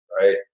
right